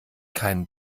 keinen